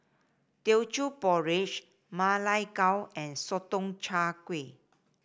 Teochew Porridge Ma Lai Gao and Sotong Char Kway